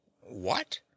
What